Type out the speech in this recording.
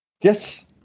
Yes